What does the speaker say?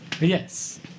Yes